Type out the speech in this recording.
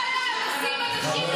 למה להטיל מורך באנשים?